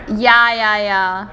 ya ya ya